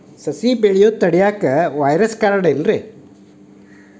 ಸಸಿ ಬೆಳೆಯುದ ತಡಿಯಾಕ ವೈರಸ್ ಕಾರಣ ಏನ್ರಿ?